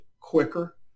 quicker